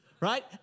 Right